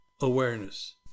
awareness